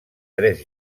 tres